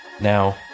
Now